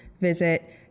visit